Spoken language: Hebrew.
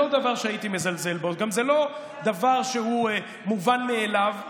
גם זה לא דבר שהוא מובן מאליו,